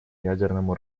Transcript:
ядерному